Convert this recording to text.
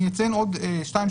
אני אציין עוד שתיים,